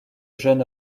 jeune